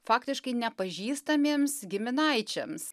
faktiškai nepažįstamiems giminaičiams